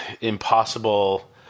impossible